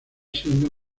siendo